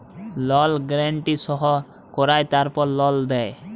লল গ্যারান্টি সই কঁরায় তারপর লল দেই